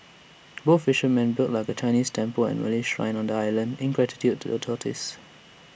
both fishermen built of A Chinese temple and A Malay Shrine on the island in gratitude to the tortoise